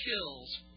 kills